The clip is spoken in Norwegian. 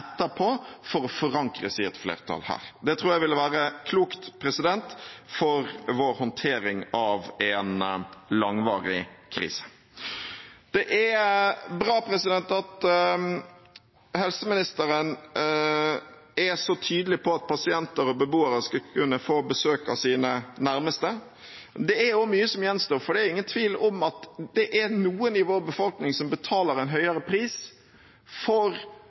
flertall her. Det tror jeg ville være klokt for vår håndtering av en langvarig krise. Det er bra at helseministeren er så tydelig på at pasienter og beboere skal kunne få besøk av sine nærmeste. Det er mye som gjenstår. Det er ingen tvil om at det er noen i vår befolkning som betaler en høyere pris enn andre for